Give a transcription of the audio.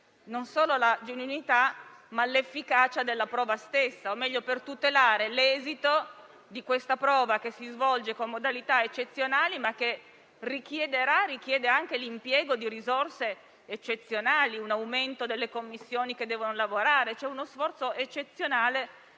non solo la genuinità, ma l'efficacia della prova stessa, o meglio per tutelare l'esito di questa prova che si svolge con modalità eccezionali, ma che richiederà e richiede anche l'impiego di risorse eccezionali, con un aumento delle commissioni che devono lavorare. C'è uno sforzo eccezionale